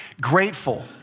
grateful